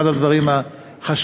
אחד הדברים החשובים,